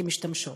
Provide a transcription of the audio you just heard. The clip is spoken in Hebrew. כי משתמשות: